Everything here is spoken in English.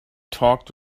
talked